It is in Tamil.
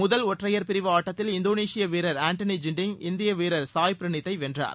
முதல் ஒற்றையர் பிரிவு ஆட்டத்தில் இந்தோனேஷிய வீரர் ஆன்டனி ஜின்டிங் இந்திய வீரர் சாய் பிரனீத்தை வென்றார்